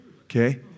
Okay